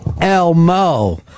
Elmo